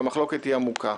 והמחלוקת היא עמוקה.